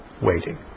waiting